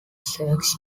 sex